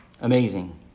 Amazing